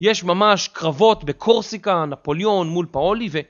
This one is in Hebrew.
יש ממש קרבות בקורסיקה, נפוליון מול פאולי ו...